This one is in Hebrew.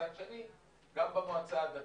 מצד שני גם במועצה הדתית.